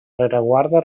rereguarda